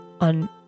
on